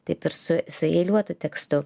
taip ir su su eiliuotu tekstu